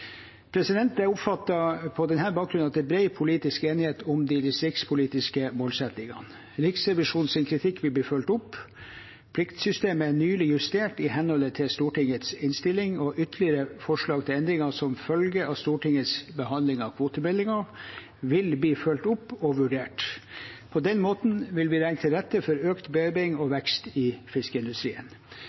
er bred politisk enighet om de distriktspolitiske målsettingene. Riksrevisjonens kritikk vil bli fulgt opp. Pliktsystemet er nylig justert i henhold til Stortingets innstilling, og ytterligere forslag til endringer som følge av Stortingets behandling av kvotemeldingen vil bli fulgt opp og vurdert. På den måten vil vi legge til rette for økt bearbeiding og vekst i fiskeindustrien.